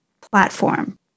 platform